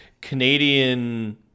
Canadian